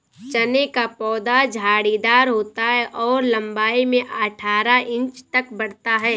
चने का पौधा झाड़ीदार होता है और लंबाई में अठारह इंच तक बढ़ता है